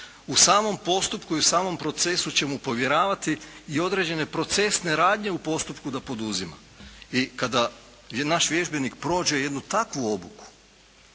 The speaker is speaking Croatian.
U samom postupku i u samom procesu će mu povjeravati i određene procesne radnje u postupku da poduzima. I kada je, naš vježbenik prođe jednu takvu obuku